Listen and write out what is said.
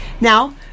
Now